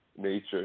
nature